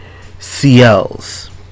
CLs